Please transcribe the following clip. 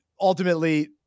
ultimately